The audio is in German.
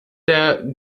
der